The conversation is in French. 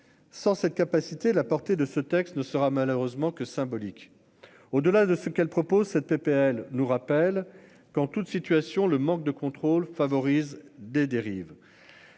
Sans cette capacité la portée de ce texte ne sera malheureusement que symbolique. Au delà de ce qu'elle propose cette PPL nous rappelle qu'en toute situation, le manque de contrôle favorise des dérives.